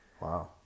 Wow